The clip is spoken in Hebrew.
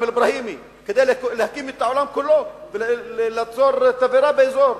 אל-אברהימי כדי להקים את העולם כולו וליצור תבערה באזור.